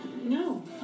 No